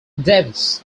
davies